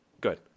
good